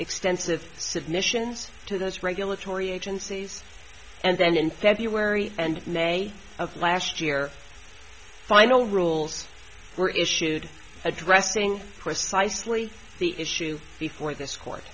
extensive submissions to those regulatory agencies and then in february and may of last year final rules were issued addressing precisely the issue before this court